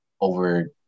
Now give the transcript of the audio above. over